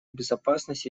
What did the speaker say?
безопасности